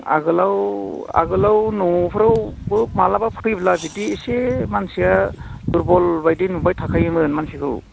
आगोलाव आगोलाव न'फ्रावबो माब्लाबा फैब्ला बिदि एसे मानसिया दुरबल बायदि नुबाय थाखायोमोन मानसिखौ